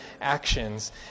actions